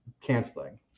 canceling